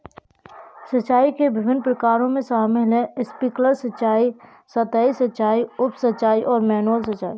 सिंचाई के विभिन्न प्रकारों में शामिल है स्प्रिंकलर सिंचाई, सतही सिंचाई, उप सिंचाई और मैनुअल सिंचाई